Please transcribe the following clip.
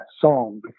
song